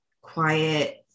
quiet